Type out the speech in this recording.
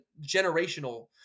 generational